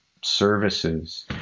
services